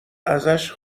ازش